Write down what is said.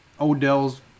Odell's